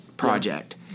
Project